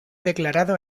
declarado